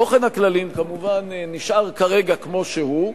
תוכן הכללים, כמובן, נשאר כרגע כמו שהוא.